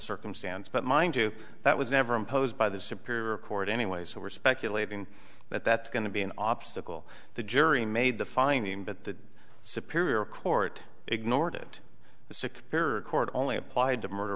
circumstance but mind you that was never imposed by the superior court anyway so we're speculating that that's going to be an obstacle the jury made the finding but the superior court ignored it the six court only applied to murder